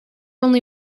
only